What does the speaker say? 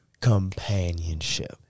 companionship